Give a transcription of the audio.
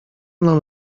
nam